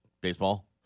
baseball